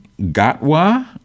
Gatwa